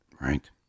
Right